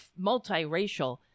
multiracial